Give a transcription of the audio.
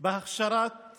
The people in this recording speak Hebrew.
בהכשרת